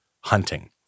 hunting